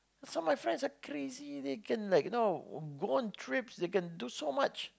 so my friends are crazy they can like you know go on trips they can do so much